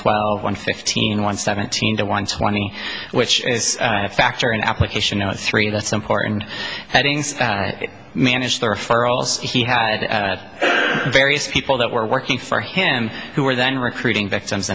twelve one fifteen one seventeen to one twenty which is a factor in application no three that's important headings managed to refer to he had various people that were working for him who were then recruiting victims